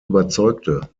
überzeugte